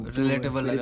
relatable